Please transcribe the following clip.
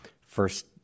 first